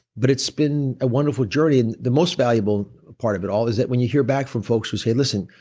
but it's been a wonderful journey. and the most valuable part of it all is that when you hear back from folks who say, listen,